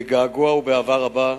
בגעגוע ובאהבה רבה.